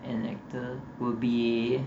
an actor will be